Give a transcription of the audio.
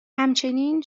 همچنین